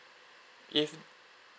if